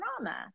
trauma